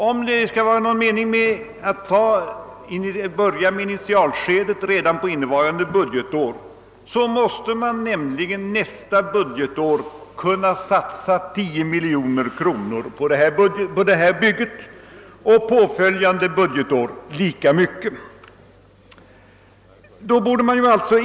Om det skulle vara någon mening med att sätta i gång initialskedet av projektet under innevarande budgetår, måste man nämligen redan nästa budgetår kunna satsa 10 miljoner kronor på detta bygge och påföljande budgetår lika mycket.